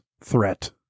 threat